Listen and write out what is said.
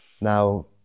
Now